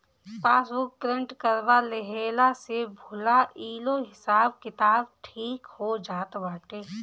passbook print करवा लेहला से भूलाइलो हिसाब किताब ठीक हो जात बाटे